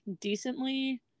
decently